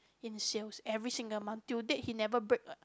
in sales every single month till day he never break a